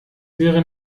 wäre